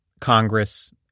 Congress